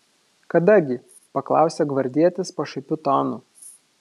kada gi paklausė gvardietis pašaipiu tonu